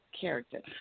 character